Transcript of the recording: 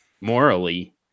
morally